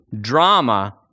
Drama